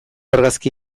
argazki